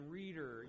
reader